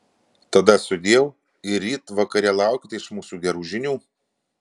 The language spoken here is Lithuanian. tada sudieu ir ryt vakare laukite iš mūsų gerų žinių